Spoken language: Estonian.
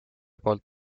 poolt